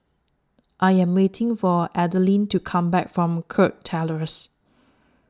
I Am waiting For Adalyn to Come Back from Kirk Terrace